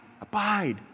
abide